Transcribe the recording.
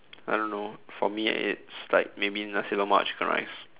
I don't know for me it's like maybe nasi lemak chicken rice